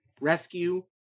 rescue